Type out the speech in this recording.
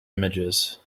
images